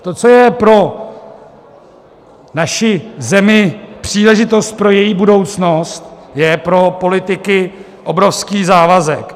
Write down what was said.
To, co je pro naši zemi příležitost pro její budoucnost, je pro politiky obrovský závazek.